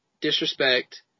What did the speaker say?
disrespect